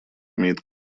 имеет